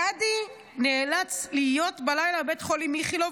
גדי נאלץ להיות בלילה בבית חולים איכילוב,